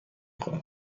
خورم